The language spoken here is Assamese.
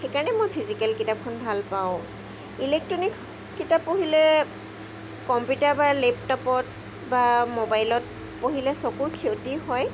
সেইকাৰণে মই ফিজিকেল কিতাপখন ভাল পাওঁ ইলেক্ট্ৰনিক কিতাপ পঢ়িলে কম্পিউটাৰ বা লেপটপত বা মোবাইলত পঢ়িলে চকুৰ ক্ষতি হয়